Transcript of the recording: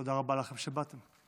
תודה רבה לכם שבאתם.